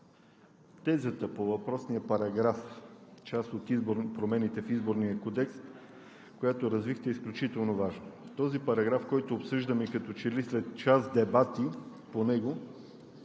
тезата по въпросния параграф – част от промените в Изборния кодекс, която развихте, е изключително важна. По този параграф, който обсъждаме, като че ли след час дебати по него,